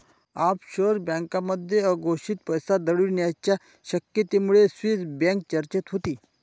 offshore बँकांमध्ये अघोषित पैसा दडवण्याच्या शक्यतेमुळे स्विस बँक चर्चेत होती